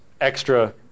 extra